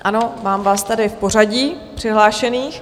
Ano, mám vás tady v pořadí přihlášených.